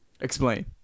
explain